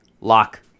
lock